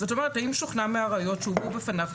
זאת אומרת האם שוכנע מהראיות שהובאו בפניו כי